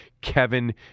Kevin